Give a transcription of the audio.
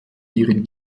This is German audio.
ihren